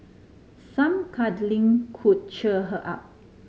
some cuddling could cheer her up